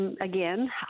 again